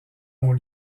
ont